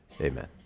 amen